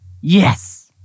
Yes